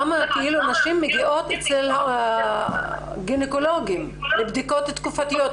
נשים מגיעות אצל הגינקולוגים לבדיקות תקופתיות,